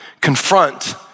confront